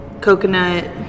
coconut